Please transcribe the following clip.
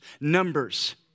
numbers